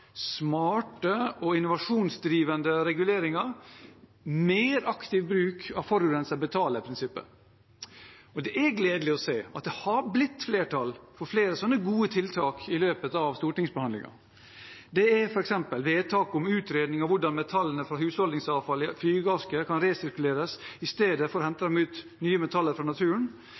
smarte og innovasjonsdrivende reguleringer, mer aktiv bruk av forurenser betaler-prinsippet. Det er gledelig å se at det har blitt flertall for flere slike gode tiltak i løpet av stortingsbehandlingen. Det er f.eks. forslag til vedtak om utredning av hvordan metallene fra husholdningsavfall og flygeaske kan resirkuleres i stedet for å hente ut nye metaller fra naturen.